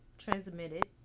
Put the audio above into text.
transmitted